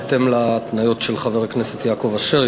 בהתאם להתניות שציין חבר הכנסת יעקב אשר.